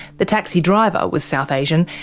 the taxi driver was south asian,